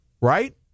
Right